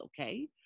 okay